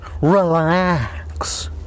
Relax